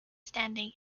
standing